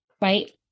right